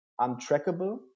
untrackable